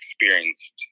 experienced